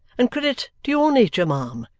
and credit to your nature, ma'am,